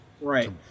Right